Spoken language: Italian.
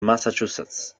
massachusetts